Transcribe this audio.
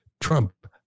Trump